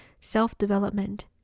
self-development